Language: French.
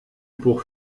pour